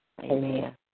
Amen